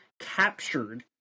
captured